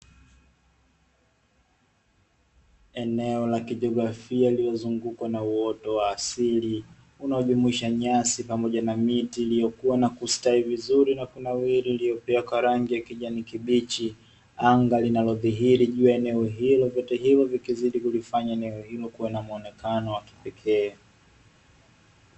Eneo la kijiografia lililozungukwa na uoto wa asili unaojumuisha nyasi pamoja na miti iliyokuwa na kustawi vizuri na kunawili iliyokuwa na rangi ya kijani kibichi, anga linalodhihiri juu ya eneo hilo vyote hivyo vikizidi kulifanya eneo hilo kuwa na muonekano wa kipekee.